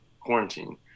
quarantine